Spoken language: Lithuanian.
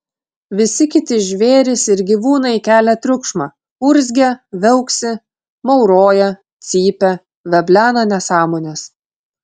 visi kiti žvėrys ir gyvūnai kelia triukšmą urzgia viauksi mauroja cypia veblena nesąmones